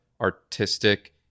artistic